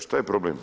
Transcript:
Šta je problem?